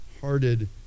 hearted